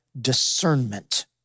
discernment